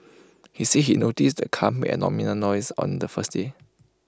he said he noticed the car made abnormal noises on the first day